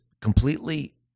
completely